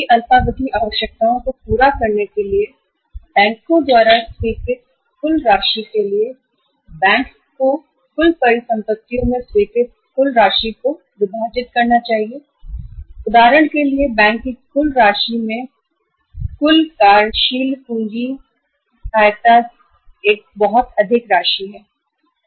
अल्पावधि आवश्यकताओं को पूरा करने के लिए बैंकों द्वारा स्वीकृत कुल राशि निर्माताओं बैंक को कुल परिसंपत्तियों में स्वीकृत कुल राशि को विभाजित करना चाहिए उदाहरण के लिए बैंक की कुल राशि में से कुल कार्यशील पूंजी सहायता एक बहुत अधिक राशि होती है